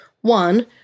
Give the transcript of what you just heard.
One